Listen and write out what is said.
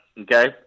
okay